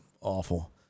awful